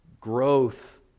growth